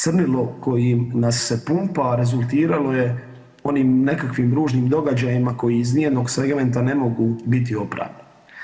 Crnilo kojim nas se pumpa rezultiralo je onim nekakvim ružnim događajima koji iz ni jednog segmenta ne mogu biti opravdani.